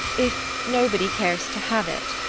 if nobody cares to have it